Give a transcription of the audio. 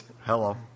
Hello